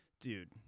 Dude